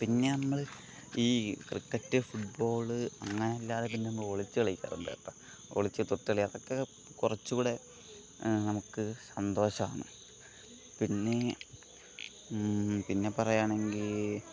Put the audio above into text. പിന്നെ നമ്മൾ ഈ ക്രിക്കറ്റ് ഫുട് ബോൾ അങ്ങനെയല്ലാതെ പിന്നമ്മൾ ഒളിച്ചു കളിക്കാറുണ്ട് കേട്ടോ ഒളിച്ച് തൊട്ടു കളി അതൊക്കെ കുറച്ചു കൂടി നമുക്ക് സന്തോഷമാണ് പിന്നെ പിന്നെ പറയുകയാണെങ്കിൽ